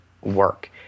work